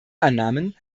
annahmen